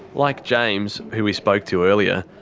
like james, who we spoke to earlier,